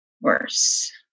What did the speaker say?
worse